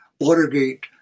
Watergate